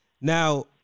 Now